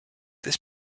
this